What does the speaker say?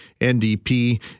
NDP